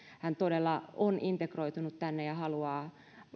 hän todella on integroitunut tänne ja haluaa